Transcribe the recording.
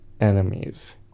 enemies